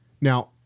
Now